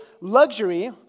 luxury